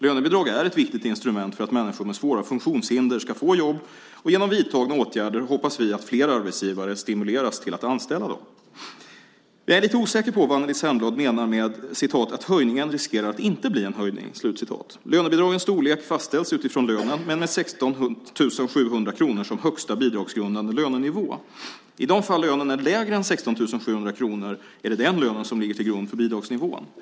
Lönebidrag är ett viktigt instrument för att människor med svåra funktionshinder ska få jobb, och genom vidtagna åtgärder hoppas vi att fler arbetsgivare stimuleras att anställa dem. Jag är litet osäker på vad Anneli Särnblad menar med "att höjningen riskerar att inte bli en höjning". Lönebidragets storlek fastställs utifrån lönen men med 16 700 kronor som högsta bidragsgrundande lönenivå. I de fall lönen är lägre än 16 700 kronor är det den lönen som ligger till grund för bidragsnivån.